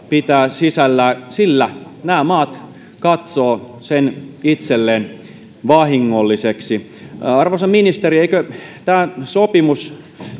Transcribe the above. pitää sisällään sillä nämä maat katsovat sen itselleen vahingolliseksi arvoisa ministeri eikö tämä sopimus